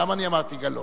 למה אני אמרתי גלאון?